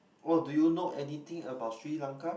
oh do you know anything about Sri-Lanka